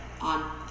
on